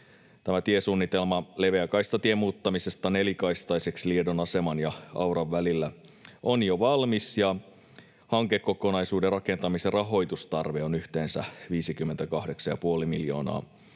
Tiesuunnitelma leveäkaistatien muuttamisesta nelikaistaiseksi Liedon aseman ja Auran välillä on jo valmis, ja hankekokonaisuuden rakentamisen rahoitustarve on yhteensä 58,5 miljoonaa